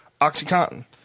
OxyContin